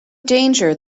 danger